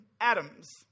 atoms